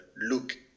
look